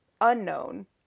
unknown